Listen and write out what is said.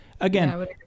again